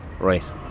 right